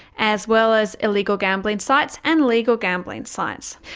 as well as illegal gambling sites and legal gambling sites.